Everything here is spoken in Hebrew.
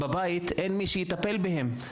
אין מי שיטפל בהם בבית.